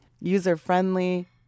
user-friendly